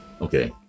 okay